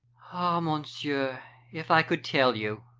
ah, monsieur, if i could tell you!